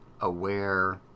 aware